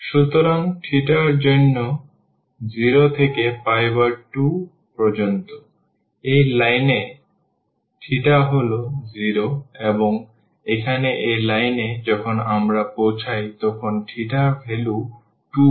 সুতরাং জন্য 0 থেকে 2 পর্যন্ত এই লাইনে হল 0 এবং এখানে এই লাইনে যখন আমরা পৌঁছাই তখন ভ্যালু 2 হয়